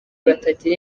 batagira